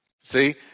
See